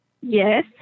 Yes